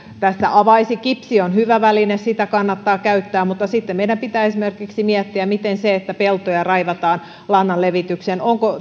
tässä avaisi kipsi on hyvä väline sitä kannattaa käyttää mutta sitten meidän pitää esimerkiksi miettiä sitä että peltoja raivataan lannan levitykseen onko